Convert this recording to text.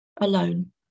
alone